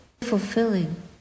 fulfilling